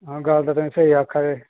आं गल्ल ते तुस स्हेई आक्खा दे